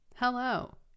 Hello